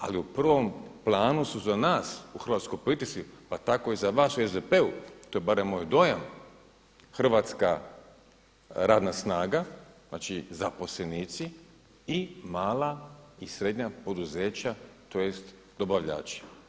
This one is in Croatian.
Ali u prvom planu su za nas u hrvatskoj politici, pa tako i za vas u SDP-u, to je barem moj dojam, hrvatska radna snaga, znači zaposlenici i mala i srednja poduzeća tj. dobavljači.